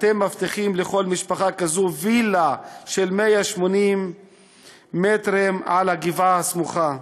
אתם מבטיחים לכל משפחה כזאת וילה של 180 מ"ר על הגבעה הסמוכה.